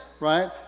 Right